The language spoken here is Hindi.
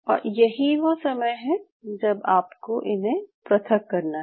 और यही वो समय है जब आपको उन्हें पृथक करना है